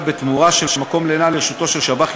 בתמורה של מקום לינה לרשותו של שב"ח,